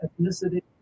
ethnicity